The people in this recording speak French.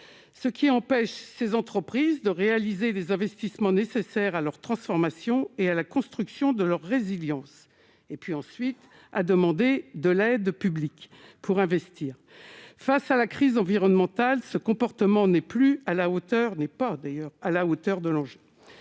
ce qui empêche ces entreprises de réaliser les investissements nécessaires à leur transformation et à la construction de leur résilience et puis ensuite à demander de l'aide publique pour investir, face à la crise environnementale, ce comportement n'est plus à la hauteur n'est pas d'ailleurs à la hauteur de l'enjeu,